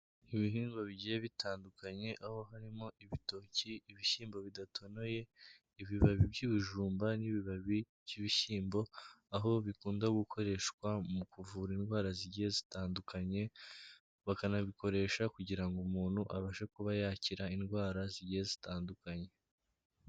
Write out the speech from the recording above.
Ibihingwa bigiye bitandukanye aho harimo ibitoki, ibishyimbo bidatonoye, ibibabi by'ibijumba n'ibibabi by'ibishyimbo, aho bikunda gukoreshwa mu kuvura indwara zigiye zitandukanye, bakanabikoresha kugira ngo umuntu abashe kuba yakira indwara zigiye zitandukanye.